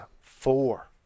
four